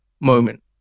moment